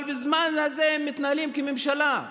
אבל בזמן הזה הם מתנהלים כממשלה,